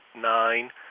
nine